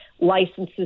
licenses